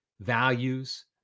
values